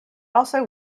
also